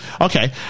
okay